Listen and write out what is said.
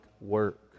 work